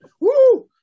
Woo